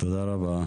תודה רבה.